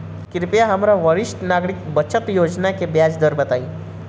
कृपया हमरा वरिष्ठ नागरिक बचत योजना के ब्याज दर बताइं